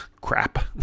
Crap